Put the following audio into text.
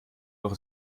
doch